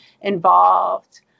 involved